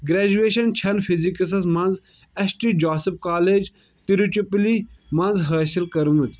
گریجویش چھن فزِکسس منٛز S T Joseph college Tiruchirappalli منٛز حٲصِل کٔرمٕژ